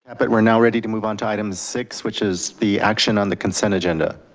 ah but we're now ready to move on to item six, which is the action on the consent agenda.